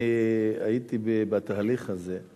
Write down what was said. אני הייתי בתהליך הזה.